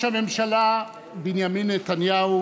אנו נכבד את כניסת נשיא המדינה בקימה.